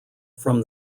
from